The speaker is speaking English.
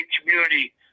community